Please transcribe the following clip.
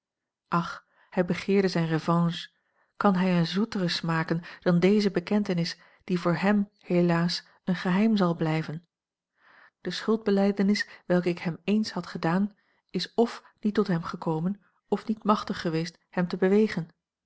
ach hij begeerde zijne revanche kan hij een zoetere smaken dan deze bekentenis die voor hem helaas een geheim zal blijven de schuldbelijdenis welke ik hem eens had gedaan is f niet tot hem gekomen f niet machtig geweest hem te bewegen